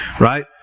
right